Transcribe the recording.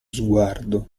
sguardo